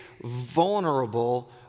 vulnerable